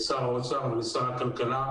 לשר האוצר ולשר הכלכלה.